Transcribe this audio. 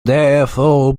therefore